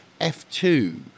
F2